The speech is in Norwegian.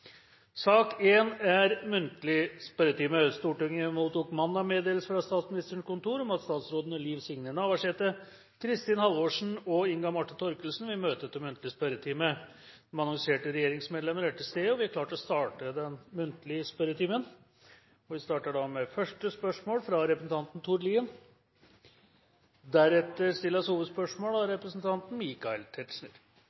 Stortinget mottok mandag meddelelse fra Statsministerens kontor om at statsrådene Liv Signe Navarsete, Kristin Halvorsen og Inga Marte Thorkildsen vil møte til muntlig spørretime. De annonserte regjeringsmedlemmer er til stede, og vi er klare til å starte den muntlige spørretimen. Vi starter da med første hovedspørsmål, fra representanten Tord Lien. Mitt spørsmål går til statsråd Halvorsen. Høyere norske utdanningsinstitusjoner skal være en arena for utvikling av